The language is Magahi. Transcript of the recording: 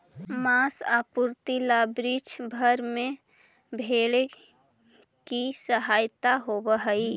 माँस आपूर्ति ला विश्व भर में भेंड़ों की हत्या होवअ हई